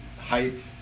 hype